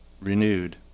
renewed